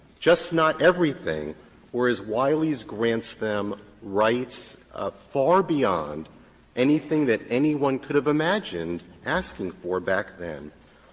just not everything whereas, wiley's grants them rights ah far beyond anything that anyone could have imagined asking for back then.